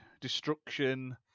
destruction